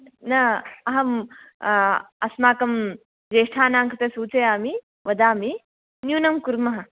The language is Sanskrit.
न अहम् अस्माकं ज्येष्ठानां कृते सूचयामि वदामि न्यूनं कुर्मः